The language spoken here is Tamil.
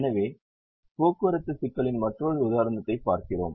எனவே போக்குவரத்து சிக்கலின் மற்றொரு உதாரணத்தைப் பார்க்கிறோம்